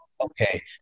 okay